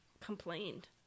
complained